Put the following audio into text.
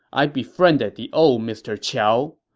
i befriended the old mr. qiao.